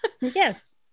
yes